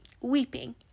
weeping